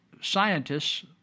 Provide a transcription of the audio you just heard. scientists